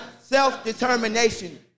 self-determination